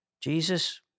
Jesus